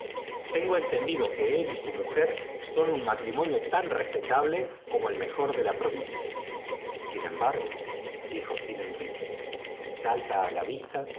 tengo entendido que él r y su mujer son un matrimonio tan respetable co mo el mejor de la provincia sin embargo dijo sir enrique salta á la vista